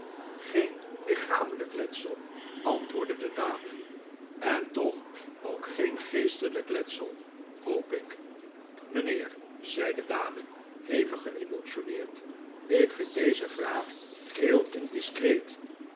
geeh lichamelijk letsel antwoordde de dame en toch ook geen geestelijk letsel hoop ik mijnheer zei de dame hevig geemotioneerd ik vind deze vraag heel indiscreet